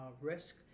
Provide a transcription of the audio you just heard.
risk